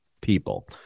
people